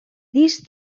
these